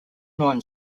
known